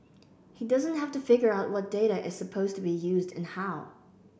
he doesn't have to figure out what data is supposed to be used and how